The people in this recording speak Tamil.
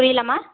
புரியலம்மா